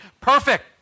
perfect